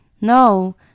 No